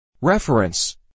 Reference